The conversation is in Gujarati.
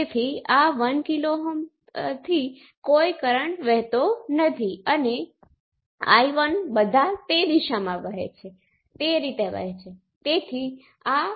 દાખલા તરીકે આ બીજું સર્કિટ છે અને આ કિસ્સામાં ચોક્કસપણે y11 એ y12 ની બરાબર નથી અને z11 એ z12 ની બરાબર નથી અને તેથી ફોર્વર્ડ